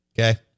Okay